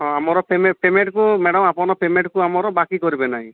ହଁ ଆମର ପେ ପେମେଣ୍ଟକୁ ମ୍ୟାଡ଼ାମ ଆପଣ ପେମେଣ୍ଟକୁ ଆମର ବାକି କରିବେ ନାହିଁ